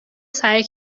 سعی